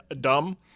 dumb